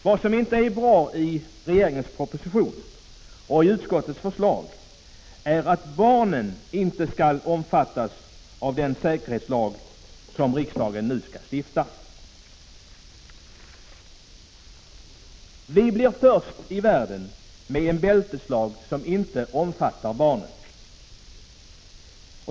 Vad som inte är bra i regeringens proposition och i utskottets förslag är att barnen inte skall omfattas av den säkerhetslag som riksdagen nu skall stifta. Vi blir först i världen med en bälteslag som inte omfattar barnen.